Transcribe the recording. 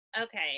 Okay